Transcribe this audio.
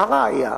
והראיה,